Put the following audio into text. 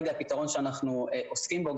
זה הפתרון שאנחנו עוסקים בו כרגע,